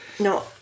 No